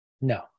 No